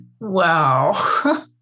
Wow